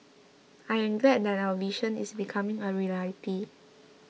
I am glad that our vision is becoming a reality